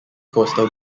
coastal